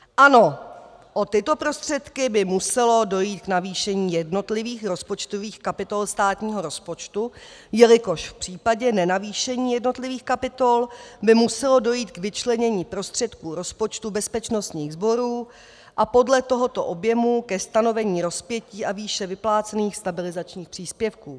Ano, o tyto prostředky by muselo dojít k navýšení jednotlivých rozpočtových kapitol státního rozpočtu, jelikož v případě nenavýšení jednotlivých kapitol by muselo dojít k vyčlenění prostředků rozpočtu bezpečnostních sborů a podle tohoto objemu ke stanovení rozpětí a výše vyplácených stabilizačních příspěvků.